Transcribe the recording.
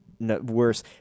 worse